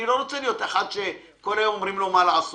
אני לא רוצה להיות אחד שכל יום כל אומרים לו מה לעשות